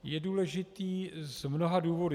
Je důležitý z mnoha důvodů.